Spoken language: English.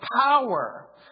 power